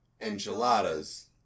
enchiladas